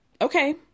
okay